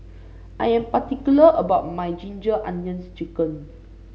I am particular about my Ginger Onions chicken